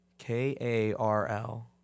K-A-R-L